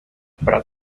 brad